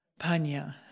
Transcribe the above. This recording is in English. panya